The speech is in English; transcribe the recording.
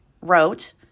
wrote